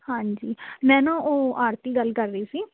ਹਾਂਜੀ ਮੈਂ ਨਾ ਉਹ ਆਰਤੀ ਗੱਲ ਕਰ ਰਹੀ ਸੀ